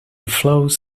flows